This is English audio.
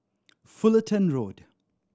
Fullerton Road